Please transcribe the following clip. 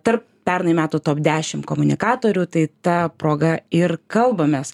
tarp pernai metų top dešim komunikatorių tai ta proga ir kalbamės